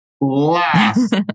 last